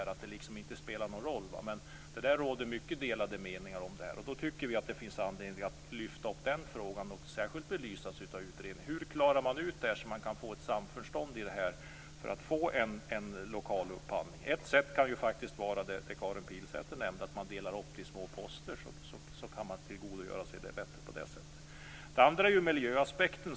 Det spelar inte någon roll. Det råder många delade meningar om det. Då tycker vi att det finns anledning att lyfta fram den frågan och låta den särskilt belysas av utredningen. Hur klarar man ut det så att man kan få ett samförstånd och en lokal upphandling? Ett sätt kan vara det som Karin Pilsäter nämnde. Om man delar upp det i små poster kan man på det sättet tillgodogöra sig det bättre. Det andra är miljöaspekten.